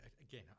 again